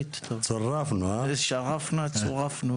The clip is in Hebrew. כללי.